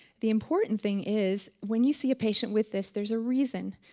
the important thing is when you see a patient with this there's a reason.